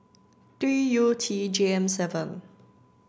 D U T J M seven